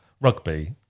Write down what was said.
Rugby